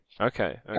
Okay